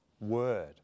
Word